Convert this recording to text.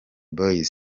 boyz